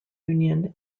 union